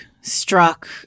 struck